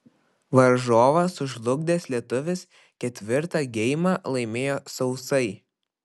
varžovą sužlugdęs lietuvis ketvirtą geimą laimėjo sausai